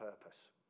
purpose